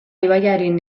ibaiaren